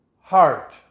heart